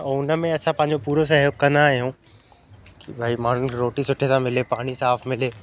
ऐं उन में असां पांजो पूरो सहयोग कंदा आहियूं भई माण्हुनि खे रोटी सुठे सां मिले पाणी साफ़ मिले